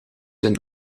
een